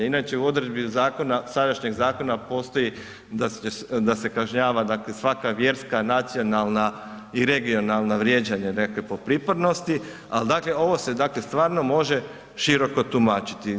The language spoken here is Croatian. Inače u odredbi zakona, sadašnjeg zakona postoji da se kažnjava svaka vjerska, nacionalna i regionalna vrijeđanja nekakva po pripadnosti, al dakle ovo se stvarno može široko tumačiti.